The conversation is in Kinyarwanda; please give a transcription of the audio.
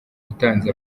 utanze